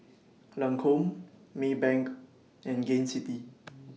Lancome Maybank and Gain City